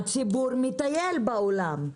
הציבור מטייל בעולם.